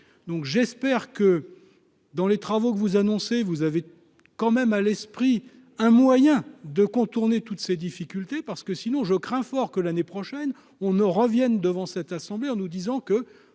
donc j'espère que dans les travaux que vous annoncez, vous avez quand même à l'esprit, un moyen de contourner toutes ces difficultés, parce que sinon je crains fort que l'année prochaine on ne revienne devant cette assemblée, en nous disant que